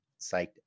psyched